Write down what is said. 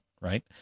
right